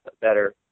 better